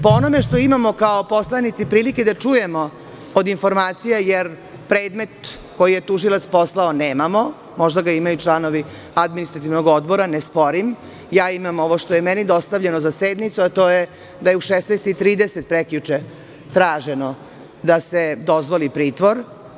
Po onome što imamo kao poslanici prilike da čujemo od informacija, jer predmet koji je tužilac poslao nemamo, možda ga imaju članovi Administrativnog odbora, ne sporim, ja imam ovo što je meni dostavljeno za sednicu, a to je da je u 16 i 30 prekjuče traženo da se dozvoli pritvor.